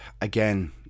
again